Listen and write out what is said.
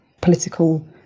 political